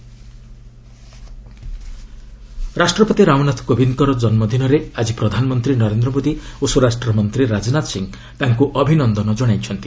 PM prez birthday ରାଷ୍ଟ୍ରପତି ରାମନାଥ କୋବିନ୍ଦଙ୍କ ଜନ୍ମଦିନରେ ଆଜି ପ୍ରଧାନମନ୍ତ୍ରୀ ନରେନ୍ଦ୍ର ମୋଦି ଓ ସ୍ୱରାଷ୍ଟ୍ରମନ୍ତ୍ରୀ ରାଜନାଥ ସିଂ ତାଙ୍କୁ ଅଭିନନ୍ଦନ ଜଣାଇଛନ୍ତି